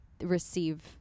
receive